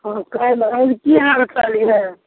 हँ कहलहुँ जे की हाल चाल यऽ